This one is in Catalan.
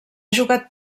jugat